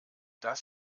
das